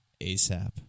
ASAP